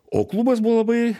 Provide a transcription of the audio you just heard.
o klubas buvo labai